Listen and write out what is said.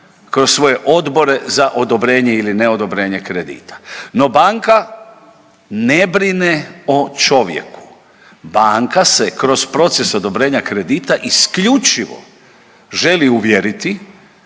kroz svoje odbore za odobrenje ili ne odobrenje kredita, no banka ne brine o čovjeku, banka se kroz proces odobrenja kredita isključivo želi uvjeriti